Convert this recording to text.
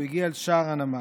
הוא הגיע לשער הנמל.